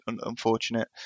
unfortunate